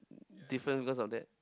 different because of that